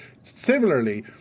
Similarly